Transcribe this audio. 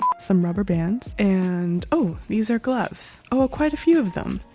some rubber bands. and. oh, these are gloves. oh, quite a few of them.